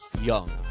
young